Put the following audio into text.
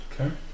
Okay